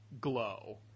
glow